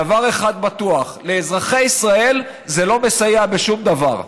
דבר אחד בטוח: לאזרחי ישראל זה לא מסייע בשום דבר.